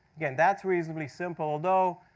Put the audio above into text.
again, that's reasonably simple, although,